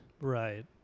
Right